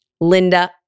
Linda